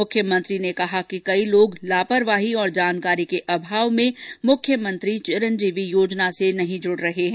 मुख्यमंत्री ने कहा कि कई लोग लापरवाही और जानकारी के अभाव में मुख्यमंत्री चिरंजीवी योजना में जुडी नहीं रहे हैं